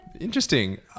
Interesting